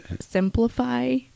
Simplify